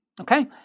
Okay